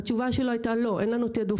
תושבי יישובי הקבע סובלים ואף אחד לא נותן להם יד,